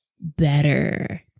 better